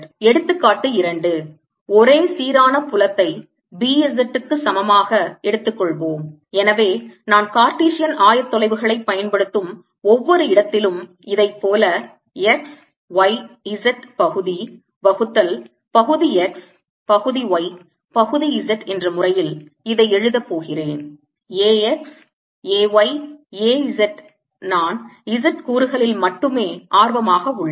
எடுத்துக்காட்டு 2 ஒரே சீரான புலத்தை B z க்கு சமமாக எடுத்துக்கொள்வோம் எனவே நான் கார்ட்டீசியன் ஆயத்தொலைவுகளைப் பயன்படுத்தும் ஒவ்வொரு இடத்திலும் இதைப் போல x y z பகுதி வகுத்தல் பகுதி x பகுதி y பகுதி z என்ற முறையில் இதை எழுதப் போகிறேன் A x A y A z நான் z கூறுகளில் மட்டுமே ஆர்வமாக உள்ளேன்